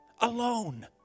alone